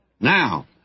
Now